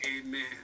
Amen